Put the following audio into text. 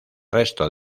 resto